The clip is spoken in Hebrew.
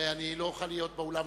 ולא אוכל להיות באולם.